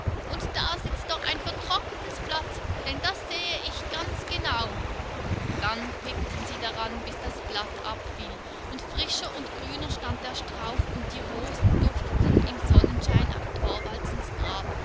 und da sitzt doch ein vertrocknetes blatt denn das sehe ich ganz genau dann pickten sie daran bis das blatt abfiel und frischer und grüner stand der strauch und die rosen dufteten im sonnenschein auf thorwaldsens grab